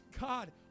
God